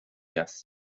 است